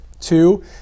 Two